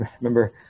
remember